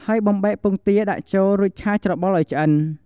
ហើយបំបែកពងទាដាក់ចូល រួចឆាច្របល់ឱ្យឆ្អិន។